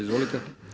Izvolite.